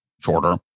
shorter